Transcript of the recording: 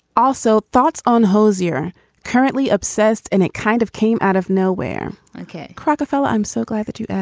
also, thoughts on hozier currently obsessed and it kind of came out of nowhere. ok, rockefeller, i'm so glad that you asked